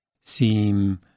seem